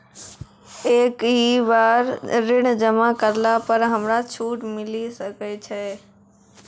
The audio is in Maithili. एक ही बार ऋण जमा करला पर हमरा छूट मिले सकय छै?